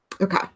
Okay